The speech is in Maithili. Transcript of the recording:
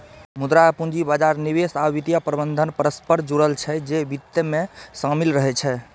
मुद्रा आ पूंजी बाजार, निवेश आ वित्तीय प्रबंधन परस्पर जुड़ल छै, जे वित्त मे शामिल रहै छै